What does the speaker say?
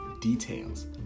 details